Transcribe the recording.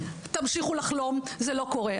תמשיכו לחלום, זה לא קורה.